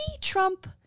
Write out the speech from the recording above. Trump